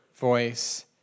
voice